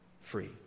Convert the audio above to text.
free